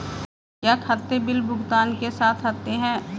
क्या खाते बिल भुगतान के साथ आते हैं?